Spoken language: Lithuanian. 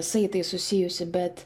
saitais susijusi bet